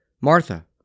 Martha